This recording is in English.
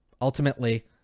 Ultimately